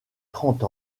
trente